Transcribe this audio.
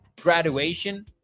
graduation